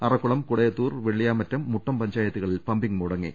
അറക്കുളം കുടയത്തൂർ വെള്ളിയാമറ്റം മുട്ടം പഞ്ചായത്തുക ളിൽ പമ്പിംഗ് മുട്ടങ്ങി